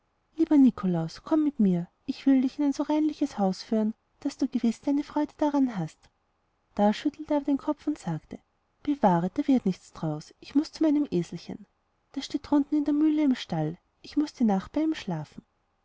lieber nikolaus komme mit mir ich will dich in ein so reinliches haus führen daß du gewiß deine freude daran hast da schüttelte er aber den kopf und sagte bewahre da wird nichts draus ich muß zu meinem eselchen das steht drunten in der mühle im stall ich muß die nacht bei ihm schlafen